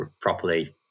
properly